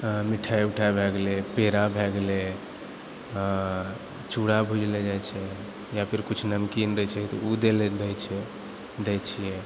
मिठाइ उठाइ भऽ गेलै पेड़ा भऽ गेलै चूड़ा भुजलऽ जाइ छै या फिर किछु नमकीन दै छै तऽ ओ दै छै दै छिए